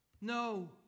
no